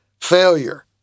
failure